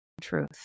truth